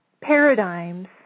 paradigms